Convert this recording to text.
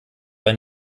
ein